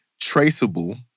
traceable